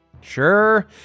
Sure